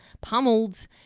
pummeled